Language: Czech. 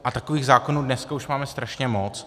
A takových zákonů dneska už máme strašně moc.